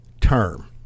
term